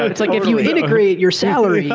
it's like if you integrate your salary,